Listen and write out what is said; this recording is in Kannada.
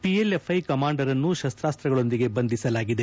ಪಿಎಲ್ಎಫ್ಐ ಕಮಾಂಡರನ್ನು ಶಸ್ತಾಸ್ತಗಳೊಂದಿಗೆ ಬಂಧಿಸಲಾಗಿದೆ